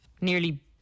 nearly